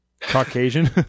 Caucasian